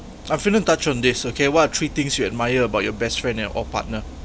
I feel in touch on this okay what are three things you admire about your best friend and or partner